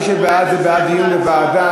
מי שבעד, זה בעד דיון בוועדה,